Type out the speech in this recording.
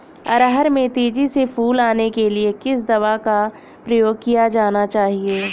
अरहर में तेजी से फूल आने के लिए किस दवा का प्रयोग किया जाना चाहिए?